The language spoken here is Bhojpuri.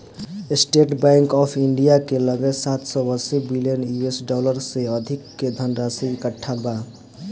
स्टेट बैंक ऑफ इंडिया के लगे सात सौ अस्सी बिलियन यू.एस डॉलर से अधिक के धनराशि इकट्ठा बा